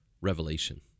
revelation